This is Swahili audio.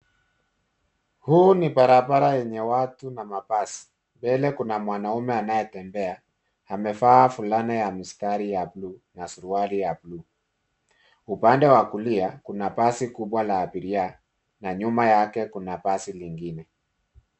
Huu ni barabara yenye watu na mabasi. Mbele kuna mwanaume anayetembea. Amevaa fulana ya mistari ya bluu na suruali ya bluu. Upande wa kulia, kuna basi kubwa la abiria na nyuma yake kuna basi lingine.